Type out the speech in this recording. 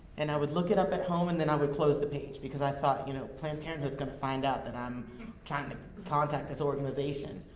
and i would look it up at home, and then i would close the page. because i thought, you know, planned parenthood's gonna find out that i'm trying to contact this organization.